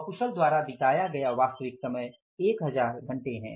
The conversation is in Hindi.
अकुशल द्वारा बिताया गया वास्तविक समय 1000 घंटे है